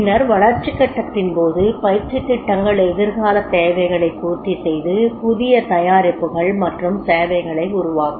பின்னர் வளர்ச்சி கட்டத்தின் போது பயிற்சித் திட்டங்கள் எதிர்கால தேவைகளை பூர்த்திசெய்து புதிய தயாரிப்புகள் மற்றும் சேவைகளை உருவாக்கும்